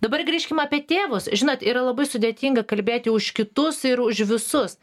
dabar grįžkim apie tėvus žinot yra labai sudėtinga kalbėti už kitus ir už visus